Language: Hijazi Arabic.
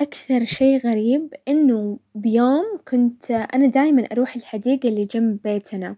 اكثر شي غريب انه بيوم كنت انا دايما اروح الحديقة اللي جنب بيتنا،